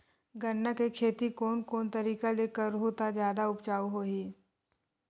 गन्ना के खेती कोन कोन तरीका ले करहु त जादा उपजाऊ होही?